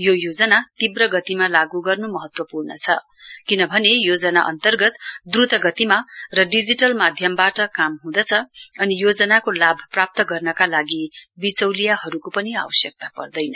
यो योजना तीव्र गतिमा लागू गर्न् महत्वपूर्ण छ किनभने योजना अन्तर्गत द्रत गतिमा र डिजिटल माध्यमबाट काम हुन्दछ अनि योजनाको लाभ प्राप्त गर्नका लागि विचौलियाहरुको पनि आवश्यकता पर्दैन